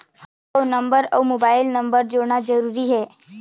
हव नंबर अउ mobile number जोड़ना जरूरी हे?